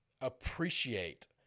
appreciate